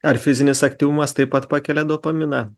ar fizinis aktyvumas taip pat pakelia dopaminą